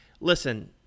Listen